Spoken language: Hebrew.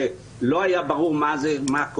כשלא היה ברור מה קורה,